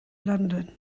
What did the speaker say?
london